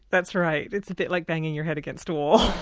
that's right. it's a bit like banging your head against a wall.